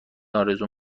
آرزو